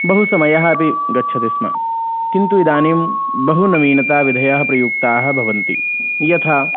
बहुसमयः अपि गच्छति स्म किन्तु इदानीं बहुनवीनताविधयः प्रयुक्ताः भवन्ति यथा